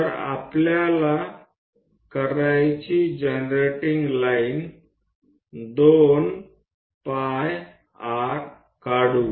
तर आपण generating line 2 pi r काढू